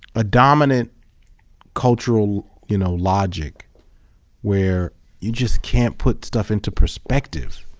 a dominant cultural you know logic where you just can't put stuff into perspective